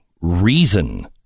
reason